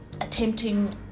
attempting